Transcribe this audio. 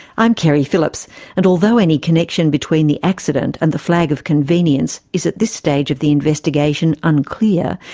i'm keri phillips and although any connection between the accident and the flag of convenience is at this stage of the investigation unclear,